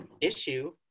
issue